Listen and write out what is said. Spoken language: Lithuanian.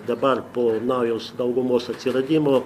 dabar po naujaus daugumos atsiradimo